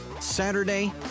Saturday